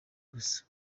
gusa